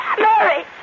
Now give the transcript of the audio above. Mary